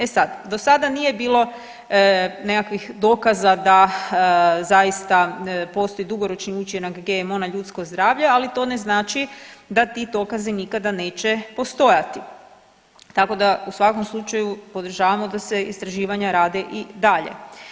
E sad, do sada nije bilo nekakvih dokaza da zaista postoji dugoročni učinak GMO na ljudsko zdravlje, ali to ne znači da ti dokazi nikada neće postojati, tako da u svakom slučaju, podržavamo da se istraživanja rade i dalje.